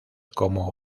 como